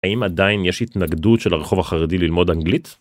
האם עדיין יש התנגדות של הרחוב החרדי ללמוד אנגלית?